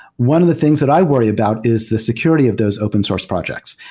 one of the things that i worry about is the security of those open source projects.